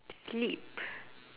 sleep